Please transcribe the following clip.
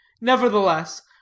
Nevertheless